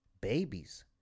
babies